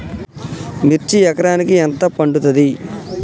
మిర్చి ఎకరానికి ఎంత పండుతది?